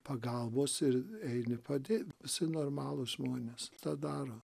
pagalbos ir eini padėt visi normalūs žmonės tą daro